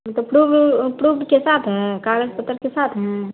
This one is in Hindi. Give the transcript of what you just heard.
मतलब प्रूव प्रूव्ड के साथ है कागज़ पत्र के साथ है